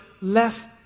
less